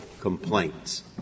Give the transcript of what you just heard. complaints